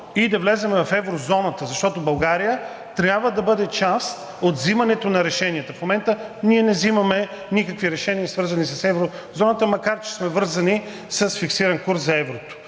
и да влезем в еврозоната, защото България трябва да бъде част от взимането на решенията. В момента ние не взимаме никакви решения, свързани с еврозоната, макар че сме вързани с фиксиран курс за еврото.